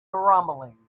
rumbling